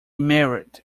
married